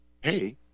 hey